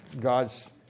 God's